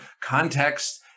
context